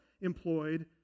employed